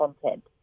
content